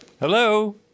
Hello